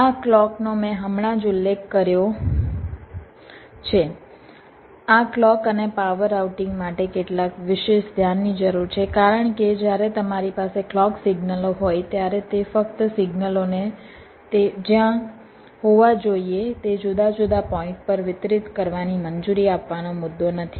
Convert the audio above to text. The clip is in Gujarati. આ ક્લૉકનો મેં હમણાં જ ઉલ્લેખ કર્યો છે આ ક્લૉક અને પાવર રાઉટિંગ માટે કેટલાક વિશેષ ધ્યાનની જરૂર છે કારણ કે જ્યારે તમારી પાસે ક્લૉક સિગ્નલો હોય ત્યારે તે ફક્ત સિગ્નલોને તે જ્યાં હોવા જોઈએ તે જુદા જુદા પોઈન્ટ પર વિતરિત કરવાની મંજૂરી આપવાનો મુદ્દો નથી